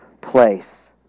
place